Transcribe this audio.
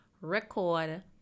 record